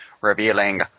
Revealing